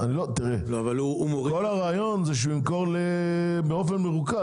כל הרעיון זה שהוא ימכור באופן מרוכז.